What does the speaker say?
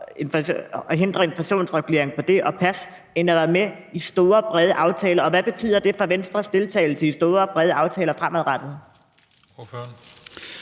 at hindre en inflationsregulering af det og af pas end at være med i store, brede aftaler? Og hvad betyder det for Venstres deltagelse i store, brede aftaler fremadrettet?